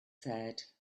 said